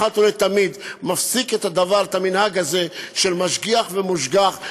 אחת ולתמיד מפסיק את המנהג הזה של משגיח ומושגח,